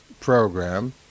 program